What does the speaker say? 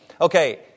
Okay